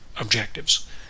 objectives